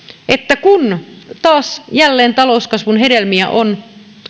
että kun jälleen talouskasvun hedelmiä on